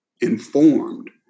informed